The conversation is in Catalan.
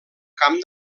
camp